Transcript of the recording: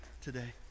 today